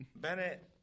Bennett